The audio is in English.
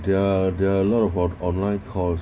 there are there are a lot of on~ online course